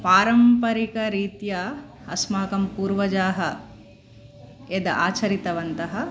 पारम्परिकरीत्या अस्माकं पूर्वजाः यद् आचरितवन्तः